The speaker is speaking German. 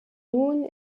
nun